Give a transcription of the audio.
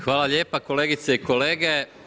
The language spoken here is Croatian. Hvala lijepa kolegice i kolege.